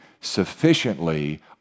sufficiently